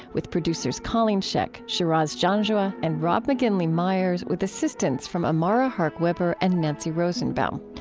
with producers colleen scheck, shiraz janjua, and rob mcginley myers, with assistance from amara hark-weber and nancy rosenbaum.